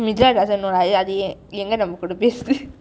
mithra doesn't know lah ya எங்கே நமக்கிட்டே பேசுது:enkei namakittei pesuthu